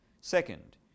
Second